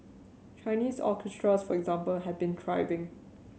Chinese orchestras for example have been thriving